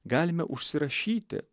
galime užsirašyti